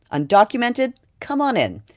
undocumented? come on in.